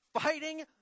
Fighting